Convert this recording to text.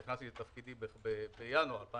למען הגילוי הנאות נכנסתי לתפקידי בינואר 2014